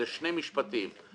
אלה שני משפטים קיימת.